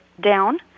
down